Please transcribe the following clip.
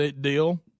deal